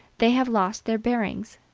they have lost their bearings,